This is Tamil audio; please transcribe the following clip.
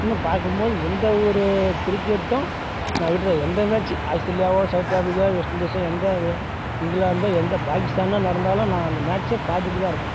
இன்னும் பார்க்கும்போது எந்த ஒரு கிரிக்கெட்டும் நான் விடுவது எந்த மேட்ச்சு ஆஸ்திரேலியாவோ சவுத் ஆஃப்பிரிக்கா வெஸ்ட் இண்டீஸ்ஸோ எந்த இ இங்கிலாந்தோ எந்த பாகிஸ்தானே நடந்தாலும் நான் அந்த மேட்ச்சை பார்த்துக்கிட்டு தான் இருப்பேன்